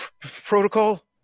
protocol